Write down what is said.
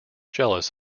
jealous